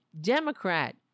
Democrat